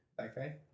Okay